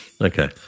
Okay